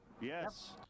Yes